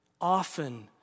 often